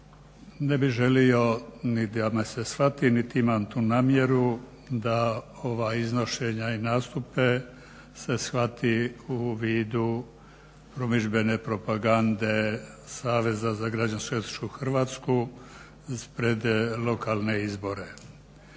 Ne bih želio niti da me se shvati niti imam tu namjeru da ova iznošenja i nastupe se shvati u vidu promidžbene propagande Saveza za građansku etičku Hrvatsku pred lokalne izbore.